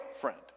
friend